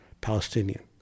Palestinian